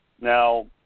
Now